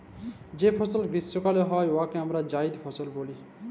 যে ফসলে গীষ্মকালে হ্যয় উয়াকে আমরা জাইদ ফসল ব্যলি